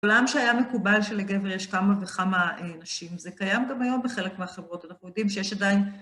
בעולם שהיה מקובל שלגבר יש כמה וכמה נשים, זה קיים גם היום בחלק מהחברות, אנחנו יודעים שיש עדיין...